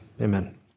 amen